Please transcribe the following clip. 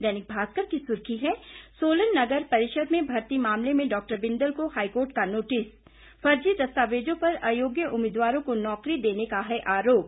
दैनिक भास्कर की सुर्खी है सोलन नगर परिषद में भर्ती मामले में डाक्टर बिंदल को हाईकोर्ट का नोटिस फर्जी दस्तावेजों पर अयोग्य उम्मीदवारों को नौकरी देने का है आरोप